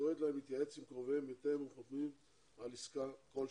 הקוראת להם להתייעץ עם קרוביהם בטרם הם חותמים על עסקה כלשהי.